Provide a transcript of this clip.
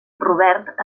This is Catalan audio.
robert